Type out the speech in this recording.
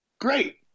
great